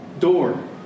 door